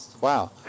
Wow